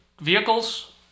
vehicles